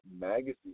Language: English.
Magazine